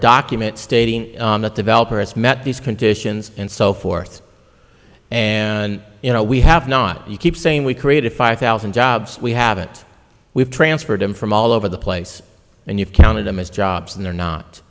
document stating that developers met these conditions and so forth and you know we have not you keep saying we created five thousand jobs we haven't we've transferred them from all over the place and you've counted them as jobs and they're